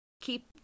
Keep